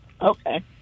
Okay